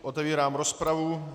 Otevírám rozpravu.